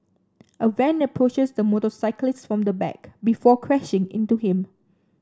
a van approaches the motorcyclist from the back before crashing into him